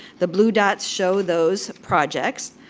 the blue dots show those projects.